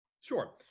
Sure